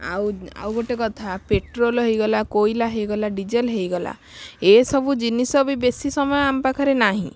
ଆଉ ଆଉ ଗୋଟେ କଥା ପେଟ୍ରୋଲ ହେଇଗଲା କୋଇଲା ହେଇଗଲା ଡିଜେଲ ହେଇଗଲା ଏସବୁ ଜିନିଷ ବି ବେଶି ସମୟ ଆମ ପାଖରେ ନାହିଁ